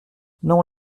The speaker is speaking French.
non